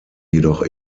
jedoch